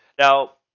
now,